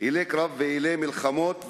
אלי קרב ואלי מלחמות,